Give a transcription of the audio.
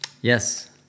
Yes